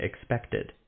expected